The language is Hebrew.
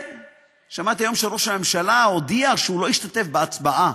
שמעתי היום שראש ממשלה הודיע שהוא לא ישתתף בהצבעה.